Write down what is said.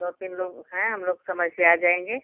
दो तीन लोग हैं हम लोग समय से आ जाएँगे